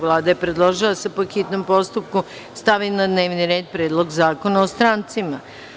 Vlada je predložila da se, po hitnom postupku, stavi na dnevni red Predlog zakona o strancima.